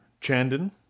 Chandon